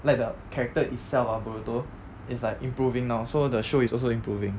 like the character itself ah boruto is like improving now so the show is also improving